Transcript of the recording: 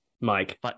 Mike